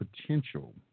potential